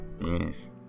Yes